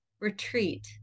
retreat